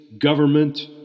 government